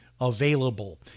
available